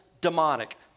demonic